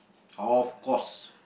of course